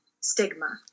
stigma